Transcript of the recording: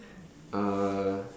uh